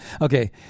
okay